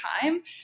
time